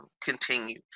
continue